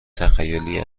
تخیلی